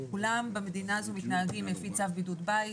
כולם במדינה הזאת מתנהגים לפי צו בידוד בית,